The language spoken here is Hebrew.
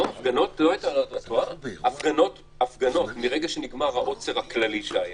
לא, הפגנות, מרגע שנגמר העוצר הכללי שהיה,